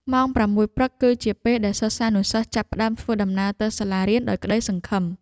ម៉ោង៦ព្រឹកគឺជាពេលដែលសិស្សានុសិស្សចាប់ផ្តើមធ្វើដំណើរទៅសាលារៀនដោយក្តីសង្ឃឹម។